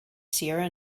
sierra